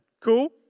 Cool